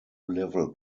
level